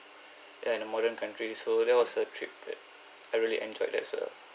ya in a modern country so that was a trip that I really enjoyed as well